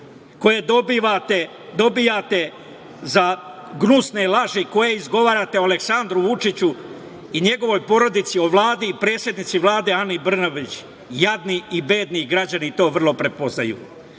koje dobijate za gnusne laži koje izgovarate o Aleksandru Vučiću i njegovoj porodici, o Vladi i predsednici Vlade Ani Brnabić, jadni i bedni. Građani to vrlo prepoznaju. Njima